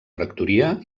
rectoria